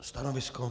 Stanovisko?